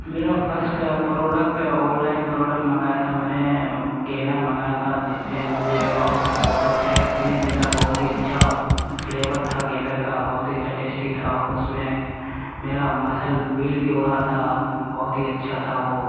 میرا first product online product منگایا تھا میں نے گینر منگایا تھا جس سے مجھے بہت بہت اچھا ایکسپیرئنس ملا بہت ہی اچھا فلیور تھا گینر کا بہت ہی اچھا ٹیسٹی تھا اس میں میرا مسل بل بھی ہو رہا تھا بہت ہی اچھا تھا وہ